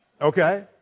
Okay